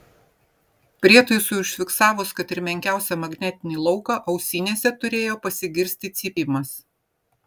prietaisui užfiksavus kad ir menkiausią magnetinį lauką ausinėse turėjo pasigirsti cypimas